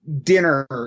dinner